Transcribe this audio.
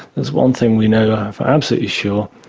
there's one thing we know for absolutely sure,